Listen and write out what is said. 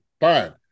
fine